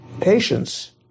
patience